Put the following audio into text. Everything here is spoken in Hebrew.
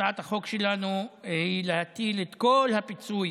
הצעת החוק שלנו היא להטיל את כל הפיצוי